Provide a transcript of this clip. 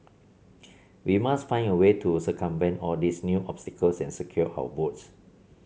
we must find a way to circumvent all these new obstacles and secure our votes